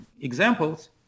examples